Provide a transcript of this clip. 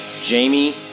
Jamie